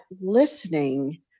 listening